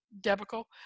debacle